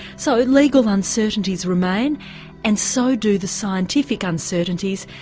so legal uncertainties remain and so do the scientific uncertainties,